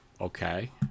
Okay